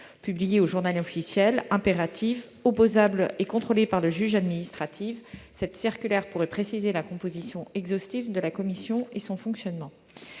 Publiée au, impérative, opposable et contrôlée par le juge administratif, cette circulaire pourrait préciser la composition exhaustive de la commission et son fonctionnement.